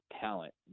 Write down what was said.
talent